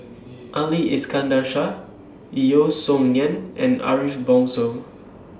Ali Iskandar Shah Yeo Song Nian and Ariff Bongso